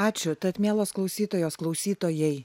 ačiū tad mielos klausytojos klausytojai